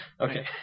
Okay